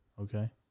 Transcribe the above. Okay